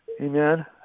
Amen